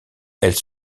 elles